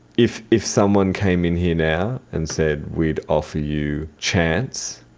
if if someone came in here now and said we'd offer you chance,